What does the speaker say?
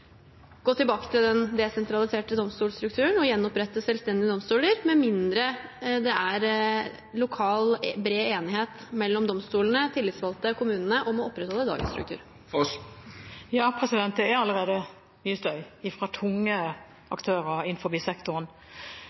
gå tilbake til den desentraliserte domstolstrukturen og gjenopprette selvstendige domstoler, med mindre det er bred lokal enighet mellom domstolene, de tillitsvalgte og kommunene om å opprettholde dagens struktur. Det er allerede mye støy fra tunge aktører innenfor sektoren.